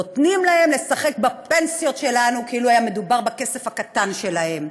נותנים להם לשחק בפנסיות שלנו כאילו היה מדובר בכסף הקטן שלהם.